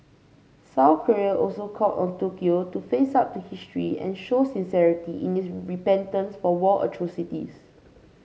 South Korea also called on Tokyo to face up to history and show sincerity in its repentance for war atrocities